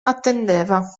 attendeva